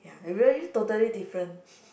ya really totally different